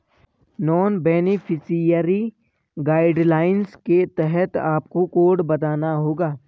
non beneficiary guidelines के तहत आपको कोड बताना होगा